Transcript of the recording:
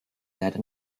leider